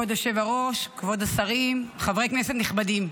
כבוד היושב-ראש, כבוד השרים, חברי כנסת נכבדים,